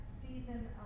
season